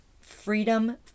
freedom